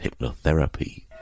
hypnotherapy